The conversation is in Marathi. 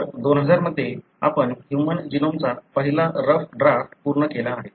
तर 2000 मध्ये आपण ह्यूमन जीनोमचा पहिला रफ द्राफ्ट पूर्ण केला आहे